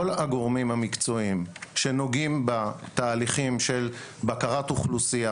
כל הגורמים המקצועיים שנוגעים בתהליכים של בקרת אוכלוסייה,